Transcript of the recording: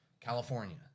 California